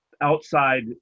outside